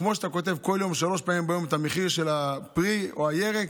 כמו שאתה כותב כל יום שלוש פעמים ביום את המחיר של הפרי או הירק,